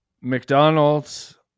McDonald's